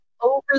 over